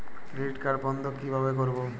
Credit card বন্ধ কিভাবে করবো?